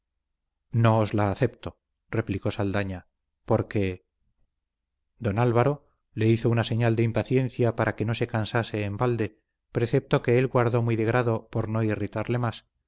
os la acepto replicó saldaña porque don álvaro le hizo una señal de impaciencia para que no se cansase en balde precepto que él guardó muy de grado por no irritarle más